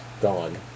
gone